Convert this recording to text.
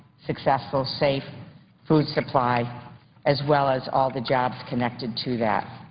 successful, safe food supply as well as all the jobs connected to that.